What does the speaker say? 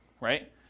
right